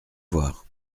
voir